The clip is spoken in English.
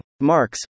Marx